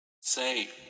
Say